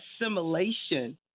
assimilation